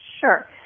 Sure